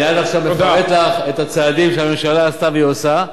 אני עד עכשיו מפרט לך את הצעדים שהממשלה עשתה והיא עושה,